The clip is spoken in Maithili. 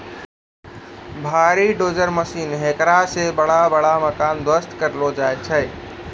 भारी डोजर मशीन हेकरा से बड़ा बड़ा मकान ध्वस्त करलो जाय छै